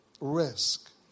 risk